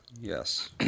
Yes